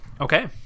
Okay